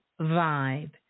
vibe